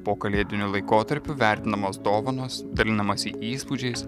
pokalėdiniu laikotarpiu vertinamos dovanos dalinamasi įspūdžiais